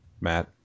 Matt